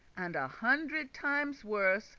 and a hundred times worse,